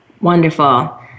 Wonderful